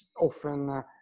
often